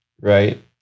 Right